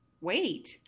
wait